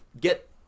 Get